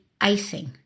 icing